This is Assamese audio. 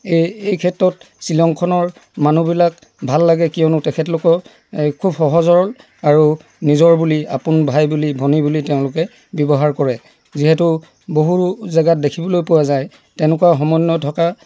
এই এইক্ষেত্ৰত ছিলংখনৰ মানুহবিলাক ভাল লাগে কিয়নো তেখেতলোকে খুব সহজ সৰল আৰু নিজৰ বুলি আপোন ভাই বুলি ভনী বুলি তেওঁলোকে ব্যৱহাৰ কৰে যিহেতু বহু জেগাত দেখিবলৈ পোৱা যায় তেনেকুৱা সমন্বয় থকা